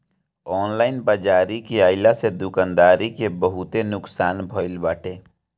online बाजारी के आइला से दुकानदारी के बहुते नुकसान भईल बाटे